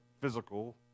physical